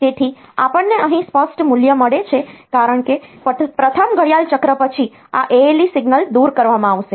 તેથી આપણને અહીં સ્પષ્ટ મૂલ્ય મળે છે કારણ કે પ્રથમ ઘડિયાળ ચક્ર પછી આ ALE સિગ્નલ દૂર કરવામાં આવશે